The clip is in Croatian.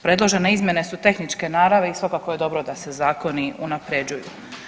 Predložene izmjene su tehničke naravi i svakako je dobro da se zakoni unapređuju.